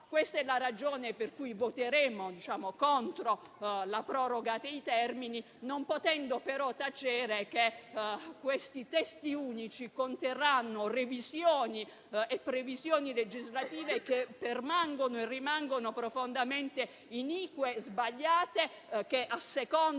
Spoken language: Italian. Questa è la ragione per cui voteremo contro la proroga dei termini, non potendo però tacere che questi testi unici conterranno revisioni e previsioni legislative che permangono profondamente inique e sbagliate, che assecondano